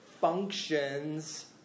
functions